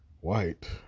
white